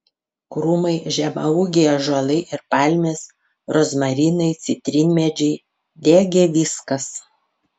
krūmai žemaūgiai ąžuolai ir palmės rozmarinai citrinmedžiai degė viskas